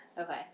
Okay